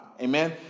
Amen